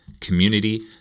community